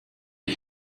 ich